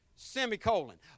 Semicolon